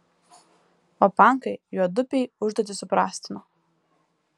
o pankai juodupei užduotį supaprastino